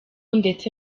ndetse